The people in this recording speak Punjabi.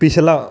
ਪਿਛਲਾ